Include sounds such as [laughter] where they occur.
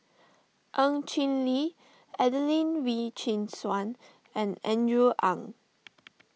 Ng Chin Li Adelene Wee Chin Suan and Andrew Ang [noise]